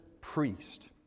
priest